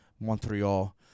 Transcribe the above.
Montreal